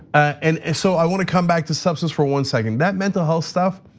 and so i wanna come back to substance for one second, that mental health stuff.